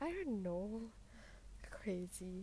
I don't know crazy